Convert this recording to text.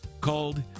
called